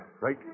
right